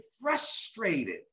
frustrated